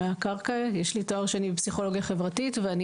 יש לי תואר שני בפסיכולוגיה חברתית ואני